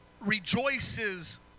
rejoices